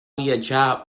viatjar